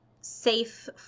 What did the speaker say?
safe